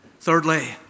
Thirdly